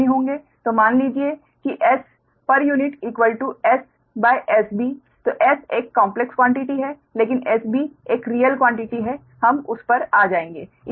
तो मान लीजिए कि SpuS SB S एक कॉम्प्लेक्स क्वान्टिटी है लेकिन 𝑺𝑩 एक रियल क्वान्टिटी है हम उस पर आ जाएंगे